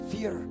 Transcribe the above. Fear